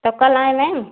तो कल हम आएं